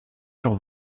sur